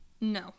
no